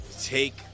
Take